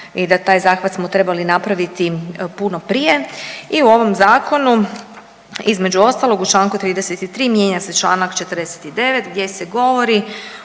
i da taj zahvat smo trebali napraviti puno prije. I u ovom Zakonu između ostalog u članku 33. mijenja se članak 49. gdje se govori